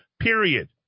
period